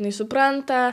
jinai supranta